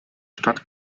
stadt